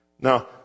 Now